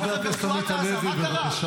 חבר הכנסת בוארון, תודה רבה.